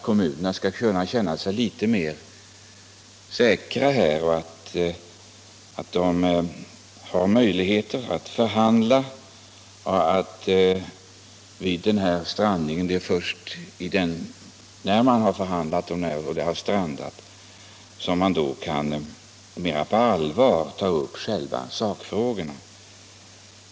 Kommunerna skulle då kunna känna sig litet säkrare, får möjligheter att förhandla samt att, när förhandlingar har strandat, mera på allvar kunna ta upp själva sakfrågorna.